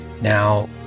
Now